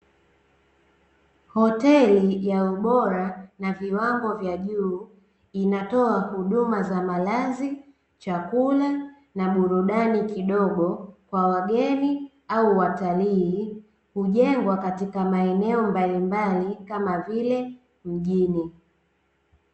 Hoteli ya ubora na viwango vya juu inatoa huduma za malazi, chakula, na burudani kidogo kwa wageni au watali,i hujengwa katika maeneo mbalimbali kama vile mjini.